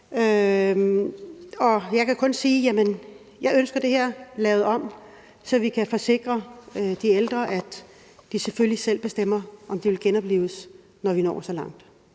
jeg kan kun sige, at jeg ønsker det her lavet om, så vi kan forsikre de ældre om, at de selvfølgelig selv bestemmer, om de vil genoplives, når vi når så langt.